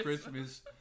Christmas